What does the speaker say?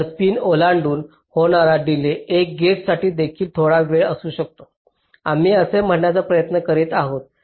तर पिन ओलांडून होणारा डिलेज एका गेट्ससाठी देखील थोडा वेगळा असू शकतो आम्ही असे म्हणण्याचा प्रयत्न करीत आहोत